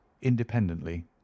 independently